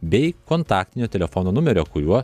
bei kontaktinio telefono numerio kuriuo